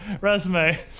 Resume